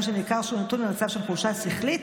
שניכר שהוא נתון במצב של חולשה שכלית,